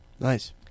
Nice